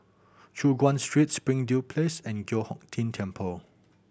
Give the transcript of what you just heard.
Choon Guan Street Spring Place and Giok Hong Tian Temple